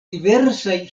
diversaj